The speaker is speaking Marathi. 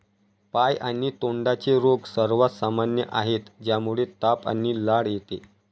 पाय आणि तोंडाचे रोग सर्वात सामान्य आहेत, ज्यामुळे ताप आणि लाळ येते